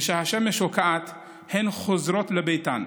וכשהשמש שוקעת הן חוזרות לביתן.